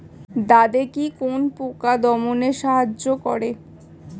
দাদেকি কোন পোকা দমনে সাহায্য করে?